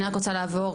אני רק רוצה לעבור,